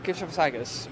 kaip čia pasakius